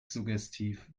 suggestiv